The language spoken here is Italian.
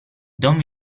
don